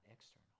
external